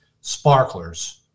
sparklers